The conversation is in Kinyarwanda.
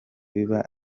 biba